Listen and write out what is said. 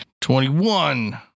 Twenty-one